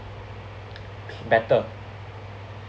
better